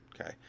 okay